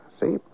See